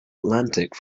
atlantic